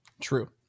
True